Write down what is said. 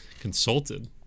consulted